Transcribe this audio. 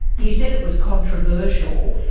you said it was controversial.